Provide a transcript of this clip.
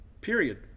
period